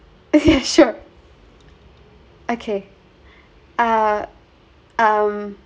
okay uh um